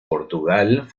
portugal